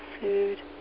food